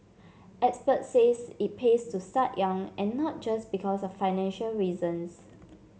experts said it pays to start young and not just because of financial reasons